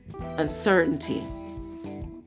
uncertainty